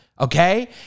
okay